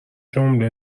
جمله